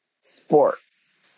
sports